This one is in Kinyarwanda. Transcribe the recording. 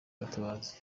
gatabazi